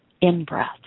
in-breath